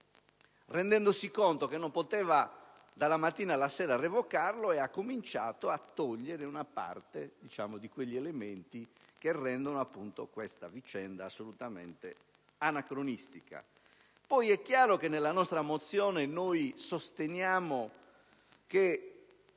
Rendendosi conto che non poteva revocarlo dalla mattina alla sera, ha cominciato a togliere una parte di quegli elementi che rendono questa vicenda assolutamente anacronistica. È chiaro che nella nostra mozione noi sosteniamo che